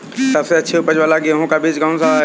सबसे अच्छी उपज वाला गेहूँ का बीज कौन सा है?